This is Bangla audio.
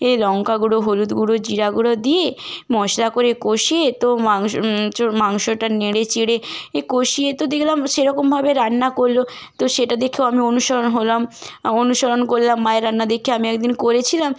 এ লঙ্কা গুঁড়ো হলুদ গুঁড়ো জিরা গুঁড়ো দিয়ে মশলা করে কষিয়ে তো মাংস চ মাংসটা নেড়ে চেড়ে এ কষিয়ে তো দেখলাম সেরকমভাবে রান্না করলো তো সেটা দেখেও আমি অনুসরণ হলাম অনুসরণ করলাম মায়ের রান্না দেখে আমি এক দিন করেছিলাম